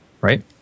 right